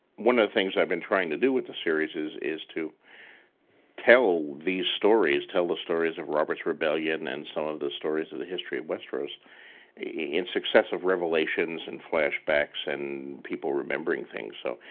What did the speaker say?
one of the things i've been trying to do with the series is is to tell these stories. tell the stories of robert's rebellion and some of the stories of the history of westeros in successive revelations and flashbacks and people remembering things. so,